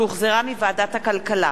שהחזירה ועדת הכלכלה,